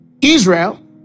Israel